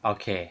okay